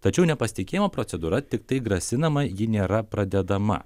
tačiau nepasitikėjimo procedūra tiktai grasinama ji nėra pradedama